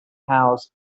house